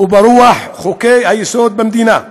ברוח חוקי-היסוד של המדינה,